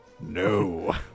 No